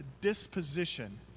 Disposition